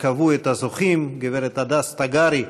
וקבעו את הזוכים: גב' הדס תגרי,